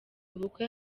ubukwe